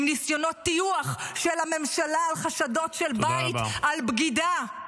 עם ניסיונות טיוח של הממשלה חשדות של על בגידה מבית.